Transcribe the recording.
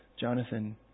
Jonathan